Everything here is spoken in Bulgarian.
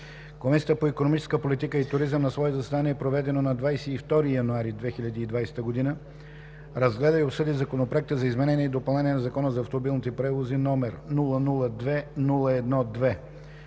Комисията по икономическа политика и туризъм на свое заседание, проведено на 22 януари 2020 г., разгледа и обсъди Законопроект за изменение и допълнение на Закона за автомобилните превози, № 002-01-2.